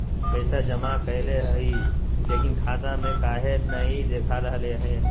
पैसा जमा कैले हिअई, लेकिन खाता में काहे नई देखा रहले हई?